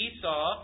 Esau